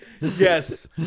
Yes